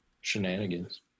shenanigans